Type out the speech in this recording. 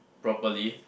properly